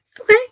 Okay